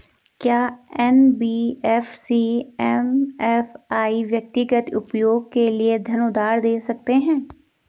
क्या NBFC MFI व्यक्तिगत उपयोग के लिए धन उधार दें सकते हैं?